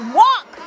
walk